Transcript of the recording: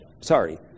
Sorry